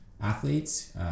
Athletes